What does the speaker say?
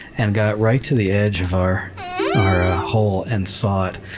and got right to the edge of our our ah hole, and saw it,